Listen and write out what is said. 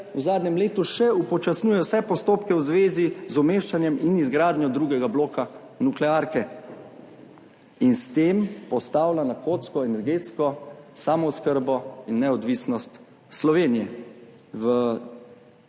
v zadnjem letu še upočasnjuje vse postopke v zvezi z umeščanjem in izgradnjo drugega bloka nuklearke in s tem postavlja na kocko energetsko samooskrbo in neodvisnost Slovenije